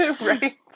Right